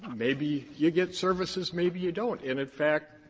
maybe you get services, maybe you don't. and, in fact,